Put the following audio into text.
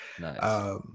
Nice